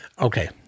Okay